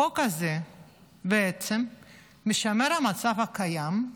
למעשה החוק הזה משמר את המצב הקיים,